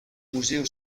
museo